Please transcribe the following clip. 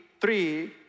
three